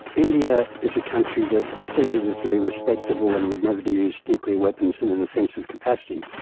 india is a country that says it is very respectable and would never use nuclear weapons in an offensive capacity.